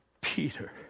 Peter